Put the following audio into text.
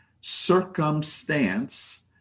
circumstance